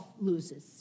loses